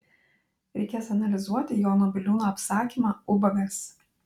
reikės analizuoti jono biliūno apsakymą ubagas